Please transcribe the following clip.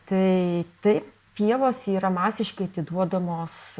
tai tai pievos yra masiškai atiduodamos